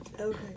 Okay